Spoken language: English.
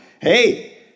Hey